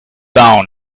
down